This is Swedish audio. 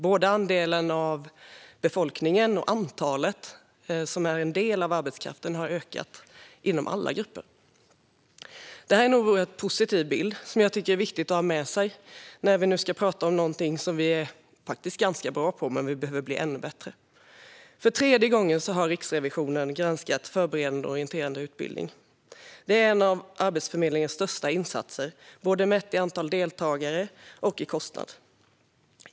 Både andelen av befolkningen och antalet som är en del av arbetskraften har ökat inom alla grupper. Detta är en oerhört positiv bild som jag tycker är viktig att ha med sig när vi nu ska prata om någonting som vi faktiskt är ganska bra på, även om vi behöver bli ännu bättre. För tredje gången har Riksrevisionen granskat Förberedande och orienterande utbildning. Det är en av Arbetsförmedlingens största insatser, mätt i både antal deltagare och kostnad.